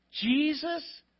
Jesus